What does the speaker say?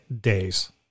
days